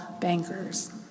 bankers